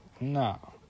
no